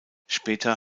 später